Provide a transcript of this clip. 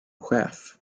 chef